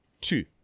two